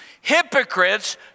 hypocrites